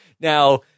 Now